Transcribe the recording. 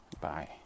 Bye